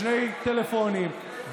בשני טלפונים.